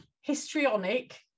histrionic